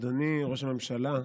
אדוני ראש הממשלה,